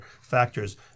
factors